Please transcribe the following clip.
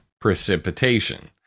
precipitation